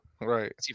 Right